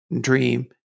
dream